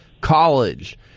college